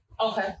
Okay